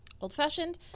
old-fashioned